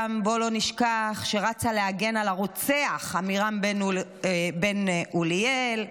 גם בואו לא נשכח שרצה להגן על הרוצח עמירם בן אוליאל,